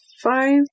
five